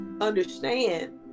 understand